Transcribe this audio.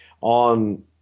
on